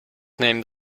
named